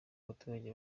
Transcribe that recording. abaturage